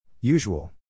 Usual